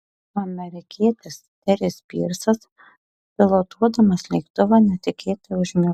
amerikietis teris pyrsas pilotuodamas lėktuvą netikėtai užmigo